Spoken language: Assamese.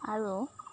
আৰু